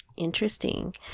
Interesting